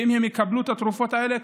ואם הם יקבלו את התרופות האלה,